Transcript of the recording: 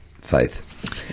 Faith